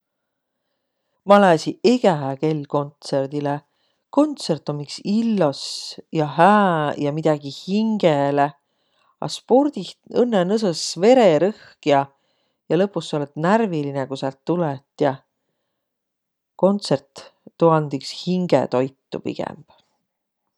Ma lääsiq egä kell kontsõrdilõ. Kontsõrt om iks illos ja hää ja midägi hingele. A spordih õnnõ nõsõs vererõhk ja lõpus olõt närviline, ku säält tulõt ja. Kontsõrt, tuu and iks hingetoitu pigemb.